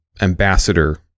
ambassador